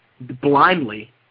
blindly